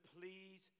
please